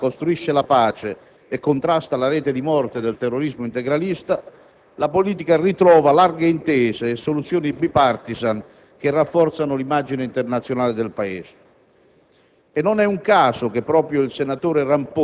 portabandiera nel mondo di un'identità solidale che costruisce la pace e contrasta la rete di morte del terrorismo integralista, la politica ritrova larghe intese e soluzioni *bipartisan* che rafforzano l'immagine internazionale del Paese.